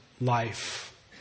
life